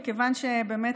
מכיוון שבאמת,